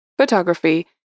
photography